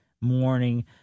morning